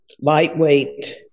lightweight